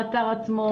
האתר עצמו,